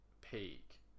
peak